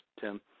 tim